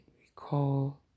recall